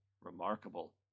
Remarkable